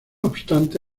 obstante